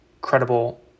credible